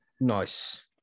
nice